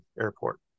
airport